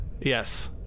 Yes